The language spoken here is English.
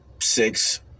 six